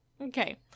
Okay